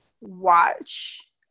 watch